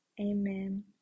Amen